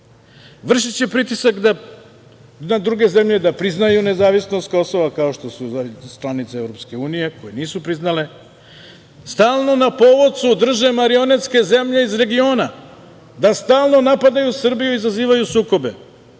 vršiće pritisak na druge zemlje da priznaju nezavisnost Kosova kao što su članice EU koje nisu priznale, stalno na povocu drže marionetske zemlje iz regiona, da stalno napadaju Srbiju i izazivaju sukobe.